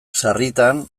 sarritan